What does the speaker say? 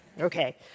Okay